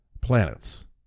Planets